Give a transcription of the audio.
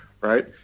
right